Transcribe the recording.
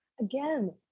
again